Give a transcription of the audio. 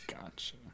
Gotcha